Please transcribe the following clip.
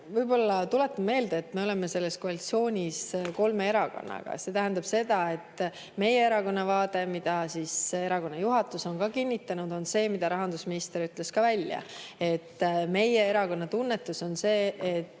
Ma tuletan meelde, et me oleme selles koalitsioonis kolme erakonnaga. See tähendab seda, et meie erakonna vaade, mida erakonna juhatus on kinnitanud, on see, mis rahandusminister ütles ka välja. Meie erakonna tunnetus on see –